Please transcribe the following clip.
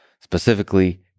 specifically